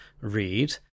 read